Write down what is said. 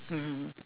mmhmm